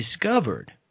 discovered